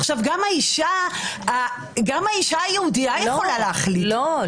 וגם האישה היהודייה יכולה להחליט --- לא,